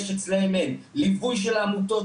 ליווי של העמותות,